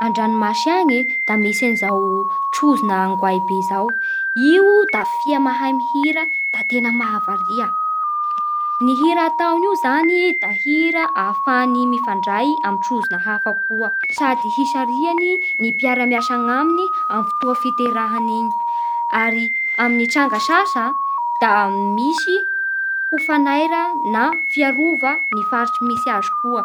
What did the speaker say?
An-dranomasy agny e da misy an'izao trozona angoay be izao. Io da fia mahay mihira da tegna mahavaria. Ny hira ataon'io zany da hira ahafahany mifandray amin'ny trozona hafa koa sady hisarihany ny mpiara-miasa agnaminy amin'ny fotoa fiterahany igny. Ary amin'ny tranga sasa da misy ho fanaira na fiarova ny faritsy misy azy koa.